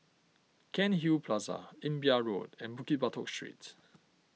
Cairnhill Plaza Imbiah Road and Bukit Batok Street